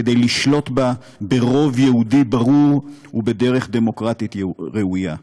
כדי לשלוט בה ברוב יהודי ברור ובדרך דמוקרטית ראויה.